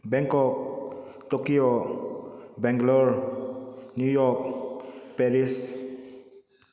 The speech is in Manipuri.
Bangkok Tokyo Bangalore New York Paris